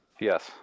Yes